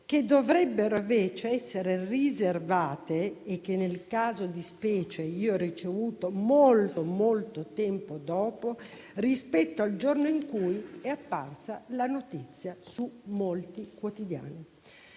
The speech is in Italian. che dovrebbero invece essere riservate e che, nel caso di specie, ho ricevuto molto tempo dopo rispetto al giorno in cui è apparsa la notizia su molti quotidiani.